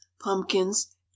pumpkins